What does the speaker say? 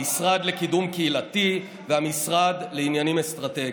המשרד לקידום קהילתי והמשרד לעניינים אסטרטגיים.